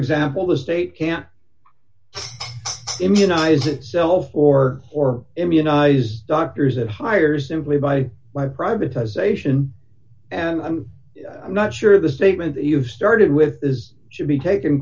example the state can't immunize itself or or immunize doctors it hires simply by my privatization and i'm not sure the statement that you have started with is should be taken